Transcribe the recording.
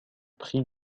prix